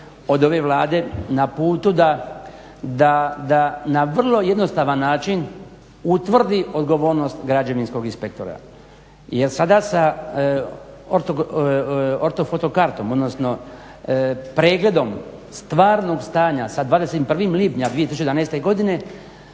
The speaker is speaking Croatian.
od ove Vlade, na putu da na vrlo jednostavan način utvrdi odgovornost građevinskog inspektora jer sada sa ortofoto kartom, odnosno pregledom stvarnog stanja sa 21. lipnja 2011. godine